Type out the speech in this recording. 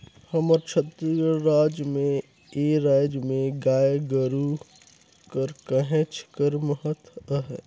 हमर छत्तीसगढ़ राज में ए राएज में गाय गरू कर कहेच कर महत अहे